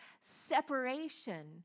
separation